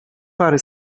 pary